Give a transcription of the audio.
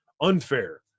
unfair